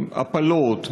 הפלות,